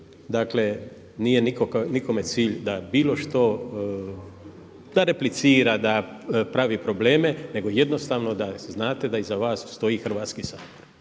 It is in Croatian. Dakle, nije nikome cilj da bilo što da replicira, da pravi probleme nego jednostavno da znate da iza vas stoji Hrvatski sabor